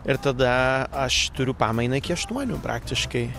ir tada aš turiu pamainą iki aštuonių praktiškai